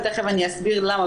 ותיכף אני אסביר למה,